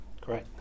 Great